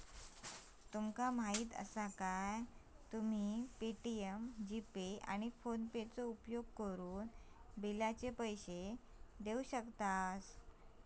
तुका माहीती आसा काय, तुम्ही पे.टी.एम, जी.पे, आणि फोनेपेचो उपयोगकरून बिलाचे पैसे देऊ शकतास